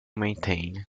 maintained